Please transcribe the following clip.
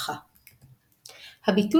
"צא וראה מה העם נוהג".